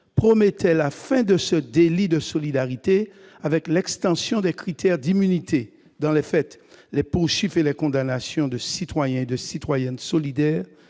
promettait la fin de ce délit de solidarité avec l'extension des critères d'immunité. Dans les faits, les poursuites et les condamnations de citoyens et de citoyennes solidaires